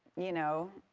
you know,